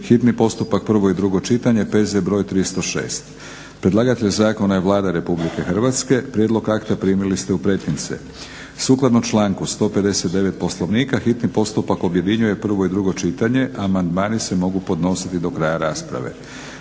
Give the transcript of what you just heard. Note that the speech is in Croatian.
hitni postupak, prvo i drugo čitanje, p.z. br. 306; Predlagatelj zakona je Vlada Republike Hrvatske. Prijedlog akta primili ste u pretince. Sukladno članku 159. Poslovnika hitni postupak objedinjuje prvo i drugo čitanje. Amandmani se mogu podnositi do kraja rasprave.